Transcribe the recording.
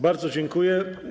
Bardzo dziękuję.